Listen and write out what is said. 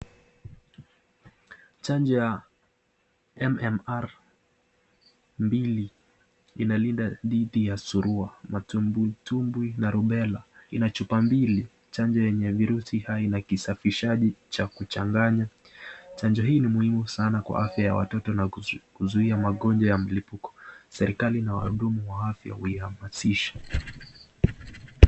Chanjo ya MMR mbili, inalinda dhidi ya surua, matumbwitumbwi na rubela. Ina chupa mbili, chanjo yenye virusi hai na kisafishaji cha kuchanganya. Chanjo hii ni muhimu sana kwa afya ya watoto na kuzuia magonjwa ya mlipuko. Serikali na wahudumu wa afya huihamasisha.